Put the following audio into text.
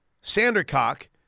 Sandercock